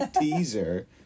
teaser